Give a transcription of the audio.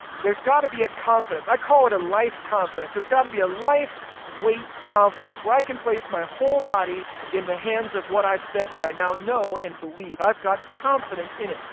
there's got to be a confidence. i call it a life confidence. so there's got to be a life weight confidence, where i can place my whole body in the hands of what i've said that i now know and believe. i've got confidence in it.